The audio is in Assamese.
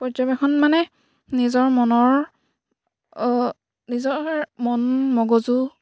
পৰ্যবেক্ষণ মানে নিজৰ মনৰ নিজৰ মন মগজু